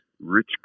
rich